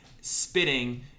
spitting